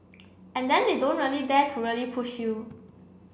and then they don't really dare to really push you